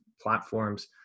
platforms